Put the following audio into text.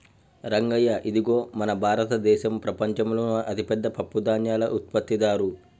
రంగయ్య ఇదిగో మన భారతదేసం ప్రపంచంలోనే అతిపెద్ద పప్పుధాన్యాల ఉత్పత్తిదారు